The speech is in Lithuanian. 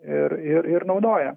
ir ir naudoja